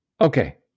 Okay